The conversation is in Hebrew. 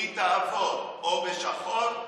היא תעבוד בשחור,